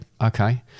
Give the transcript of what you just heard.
Okay